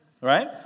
Right